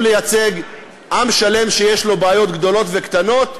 לייצג עם שלם שיש לו בעיות גדולות וקטנות,